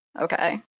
okay